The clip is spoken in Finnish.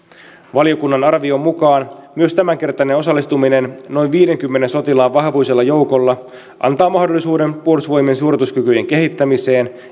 valiokunnan arvion mukaan myös tämänkertainen osallistuminen noin viiteenkymmeneen sotilaan vahvuisella joukolla antaa mahdollisuuden puolustusvoimien suorituskykyjen kehittämiseen